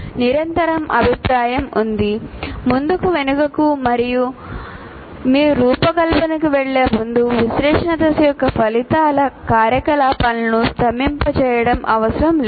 నిరంతర అభిప్రాయం ఉంది ముందుకు వెనుకకు మరియు మీరు రూపకల్పనకు వెళ్ళే ముందు విశ్లేషణ దశ యొక్క ఫలితాల కార్యకలాపాలను స్తంభింపచేయడం అవసరం లేదు